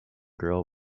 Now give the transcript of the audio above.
girl